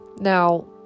now